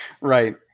Right